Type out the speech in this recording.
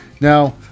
Now